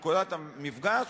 לנקודת המפגש,